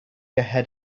ahead